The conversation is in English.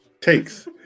takes